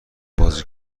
بازی